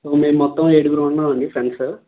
so మేము మొత్తం ఏడుగురు ఉన్నాం అండి ఫ్రెండ్స్